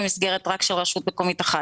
או במסגרת רק של רשות מקומית אחת,